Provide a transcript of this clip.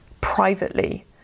privately